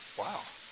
wow